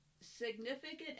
significant